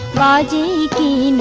da da